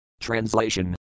Translation